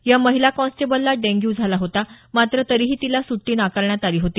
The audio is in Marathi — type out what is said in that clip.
या महिला कॉन्स्टेबलला डेंग्यू झाला होता मात्र तरीही तिला सुट्टी नाकारण्यात आली होती